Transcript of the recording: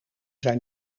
zijn